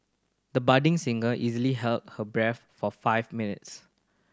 the budding singer easily held her breath for five minutes